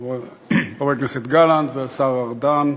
חבר הכנסת גלנט והשר ארדן,